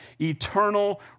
eternal